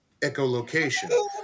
echolocation